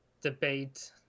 debate